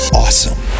awesome